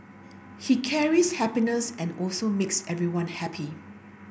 he carries happiness and also makes everyone happy